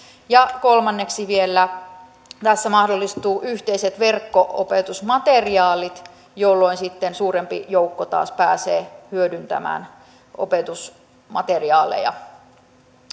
ja kolmanneksi tässä vielä mahdollistuvat yhteiset verkko opetusmateriaalit jolloin sitten suurempi joukko taas pääsee hyödyntämään opetusmateriaaleja